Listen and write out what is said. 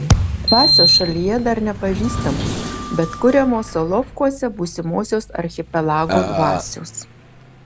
dvasios šalyje dar nepažįstamos bet kuriamos solovkuose būsimosios archipelago dvasios